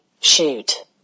shoot